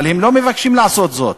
אבל הם לא מבקשים לעשות זאת.